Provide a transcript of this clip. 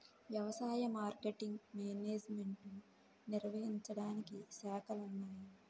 వ్యవసాయ marketing management నిర్వహించడానికి శాఖలున్నాయి